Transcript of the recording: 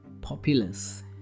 populous